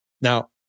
Now